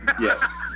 Yes